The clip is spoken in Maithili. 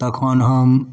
तखन हम